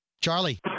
Charlie